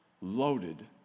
loaded